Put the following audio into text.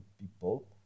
people